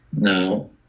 Now